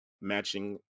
matching